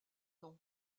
nom